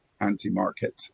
anti-market